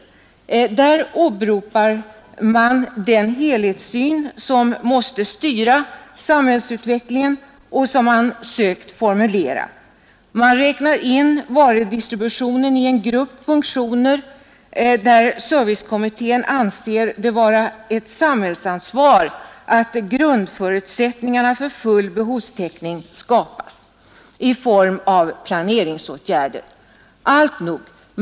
Kommittén åberopar den helhetssyn som måste styra samhällsutvecklingen och som den har försökt formulera. Den räknar in varudistributionen i en grupp funktioner där kommittén anser det vara ett samhällsansvar att grundförutsättningar för full behovstäckning skapas i form av planeringsåtgärder.